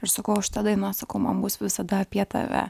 ir sakau o šita daina sakau man bus visada apie tave